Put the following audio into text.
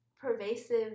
pervasive